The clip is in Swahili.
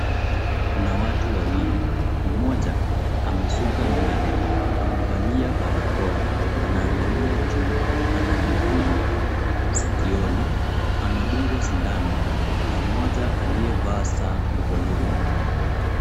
Kuna watu wawili. Mmoja amesuka nywele, amevalia barakoa, anaangalia juu, ana vipuli sikioni anadungwa sindano na mmoja aliyevaa saa mkononi.